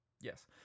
Yes